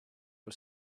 for